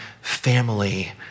family